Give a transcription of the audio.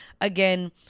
Again